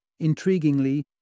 intriguingly